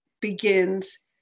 begins